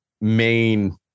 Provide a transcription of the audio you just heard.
main